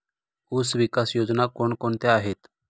ऊसविकास योजना कोण कोणत्या आहेत?